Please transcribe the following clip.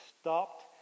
stopped